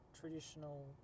traditional